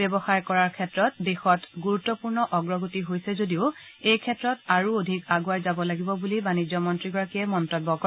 ব্যৱসায় কৰাৰ ক্ষেত্ৰত দেশত গুৰুত্পূৰ্ণ অগ্ৰগতি হৈছে যদিও এই ক্ষেত্ৰত আৰু অধিক আগুৱাই যাব লাগিব বুলি বাণিজ্য মন্ত্ৰীগৰাকীয়ে মন্তব্য কৰে